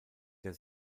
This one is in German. der